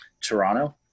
Toronto